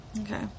Okay